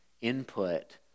input